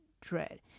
Dread